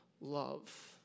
love